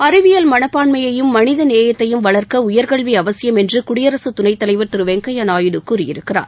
அறிவியல் மனப்பான்மையும் மனித நேயத்தையும் வளர்க்க உயர்கல்வி அவசியம் என்று குடியரசுத் துணைத் தலைவர் திரு வெங்கய்யா நாயுடு கூறியிருக்கிறார்